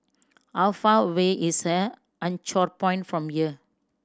how far away is a Anchorpoint from here